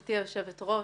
גברתי היושבת-ראש,